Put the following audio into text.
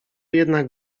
jednak